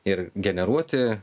ir generuoti